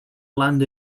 land